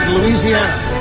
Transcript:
Louisiana